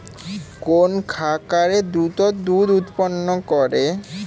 কোন খাকারে দ্রুত দুধ উৎপন্ন করে?